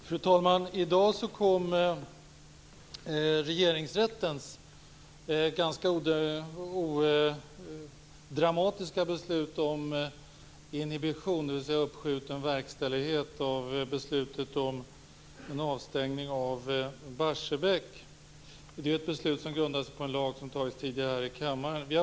Fru talman! I dag kom regeringsrättens ganska odramatiska beslut om inhibition, dvs. uppskjuten verkställighet, av beslutet om avstängning av Barsebäck. Det är ett beslut som grundar sig på en lag som antagits tidigare i kammaren.